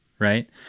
Right